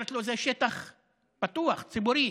אומרת לו: זה שטח פתוח, ציבורי.